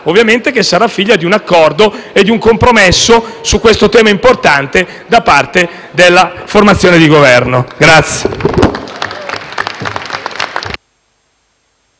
ovviamente, sarà figlia di un accordo e di un compromesso su questo tema importante da parte della formazione di Governo.